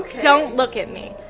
don't look at me.